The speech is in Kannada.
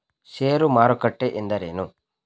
ಷೇರು ಮಾರುಕಟ್ಟೆ ಎಂದರೇನು?